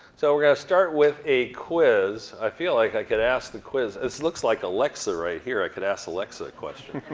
so we're gonna start with a quiz. i feel like i can ask the quiz. this looks like alexa right here. i could ask alexa a question.